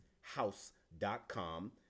House.com